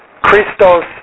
Christos